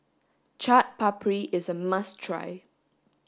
Chaat Papri is a must try